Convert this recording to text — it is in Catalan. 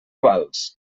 vals